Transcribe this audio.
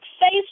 Face